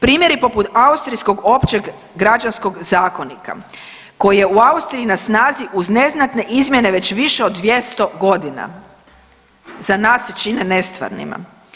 Primjeri poput austrijskog Općeg građanskog zakonika koji je u Austriji na snazi uz neznatne izmjene već više od 200 godina za nas se čine nestvarnima.